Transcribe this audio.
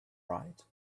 right